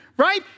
right